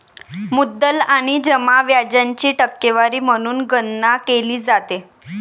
मुद्दल आणि जमा व्याजाची टक्केवारी म्हणून गणना केली जाते